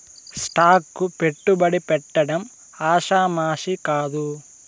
stock కు పెట్టుబడి పెట్టడం ఆషామాషీ కాదు